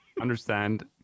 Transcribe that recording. understand